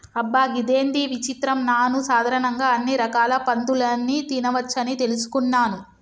అబ్బ గిదేంది విచిత్రం నాను సాధారణంగా అన్ని రకాల పందులని తినవచ్చని తెలుసుకున్నాను